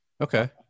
Okay